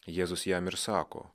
jėzus jam ir sako